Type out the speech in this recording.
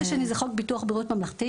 החוק השני זה חוק ביטוח בריאות ממלכתי,